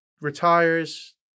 retires